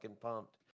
pumped